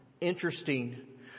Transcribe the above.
Interesting